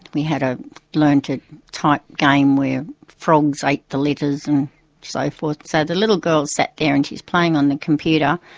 we had a learn to type game where frogs ate the letters and so forth so the little girl sat there and she's playing on the computer,